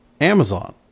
Amazon